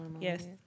Yes